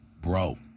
Bro